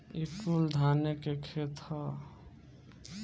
ई कुल धाने के खेत ह